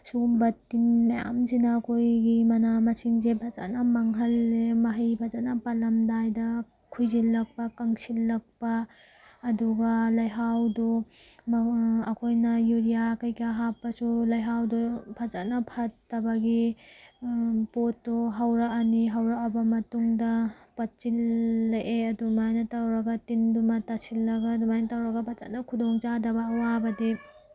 ꯁꯨꯒꯨꯝꯕ ꯇꯤꯟ ꯃꯌꯥꯝꯁꯤꯅ ꯑꯩꯈꯣꯏꯒꯤ ꯃꯅꯥ ꯃꯁꯤꯡꯁꯦ ꯐꯖꯅ ꯃꯥꯡꯍꯜꯂꯦ ꯃꯍꯩ ꯐꯖꯅ ꯄꯥꯜꯂꯝꯗꯥꯏꯗ ꯈꯨꯏꯖꯤꯜꯂꯛꯄ ꯀꯪꯁꯤꯜꯂꯛꯄ ꯑꯗꯨꯒ ꯂꯩꯍꯥꯎꯗꯣ ꯑꯩꯈꯣꯏꯅ ꯌꯨꯔꯤꯌꯥ ꯀꯩꯀꯥ ꯍꯥꯞꯄꯁꯨ ꯂꯩꯍꯥꯎꯗꯣ ꯐꯖꯅ ꯐꯠꯇꯕꯒꯤ ꯄꯣꯠꯇꯣ ꯍꯧꯔꯛꯑꯅꯤ ꯍꯧꯔꯛꯑꯕ ꯃꯇꯨꯡꯗ ꯄꯠꯁꯤꯜꯂꯛꯑꯦ ꯑꯗꯨꯃꯥꯏꯅ ꯇꯧꯔꯒ ꯇꯤꯟꯗꯨꯃ ꯇꯥꯁꯤꯜꯂꯒ ꯑꯗꯨꯃꯥꯏ ꯇꯧꯔꯒ ꯐꯖꯅ ꯈꯨꯗꯣꯡꯆꯥꯗꯕ ꯑꯋꯥꯕꯗꯤ